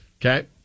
Okay